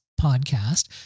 podcast